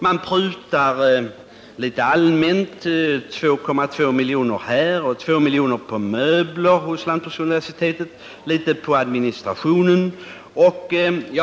Man prutar allmänt 2,2 miljoner här, 2 miljoner på möbler, litet på administrationen osv.